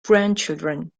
grandchildren